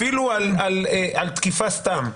אפילו על תקיפה סתם,